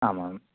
आम् आम्